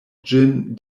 ĝin